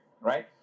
right